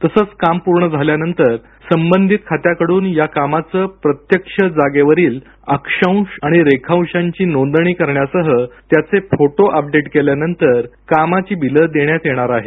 तसंच काम पूर्ण झाल्यानंतर संबंधीत खात्याकडून या कामाच्या प्रत्यक्ष जागेवरील अक्षांश आणि रेखांशाची नोंदणी करण्यासह त्याचे फोटो अपडेट केल्यानंतर कामांची बिलं देण्यात येणार आहेत